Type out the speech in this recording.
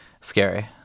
Scary